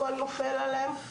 הכל נופל עליהם.